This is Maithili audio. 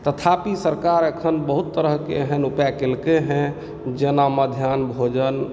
तथापि सरकार एखन बहुत तरहके एहन उपाय केलकै हेँ जेना मध्याह्न भोजन